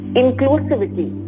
inclusivity